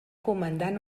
comandant